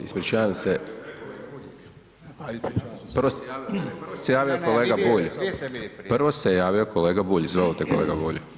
Ispričavam se. ... [[Govornik naknadno uključen.]] prvo se javio kolega Bulj. ... [[Upadica se ne čuje.]] Prvo se javio kolega Bulj, izvolite kolega Bulj.